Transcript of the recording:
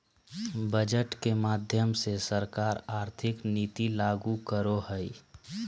budget के माध्यम से सरकार आर्थिक नीति लागू करो हय